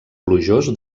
plujós